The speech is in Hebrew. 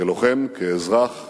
כלוחם, כאזרח,